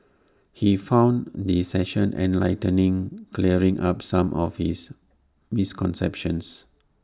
he found the session enlightening clearing up some of his misconceptions